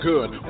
Good